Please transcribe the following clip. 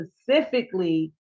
specifically